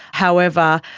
however,